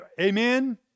Amen